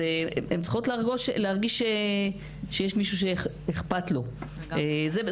הן צריכות להרגיש שיש מישהו שאכפת לו והן